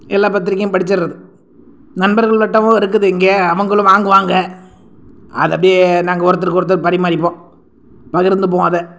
எல்லா பத்திரிகையும் படிச்சிடுறது நண்பர்கள் வட்டமும் இருக்குது இங்கே அவங்களும் வாங்குவாங்கள் அதை அப்படியே நாங்கள் ஒருத்தருக்கு ஒருத்தர் பரிமாறிப்போம் பகிர்ந்துப்போம் அதை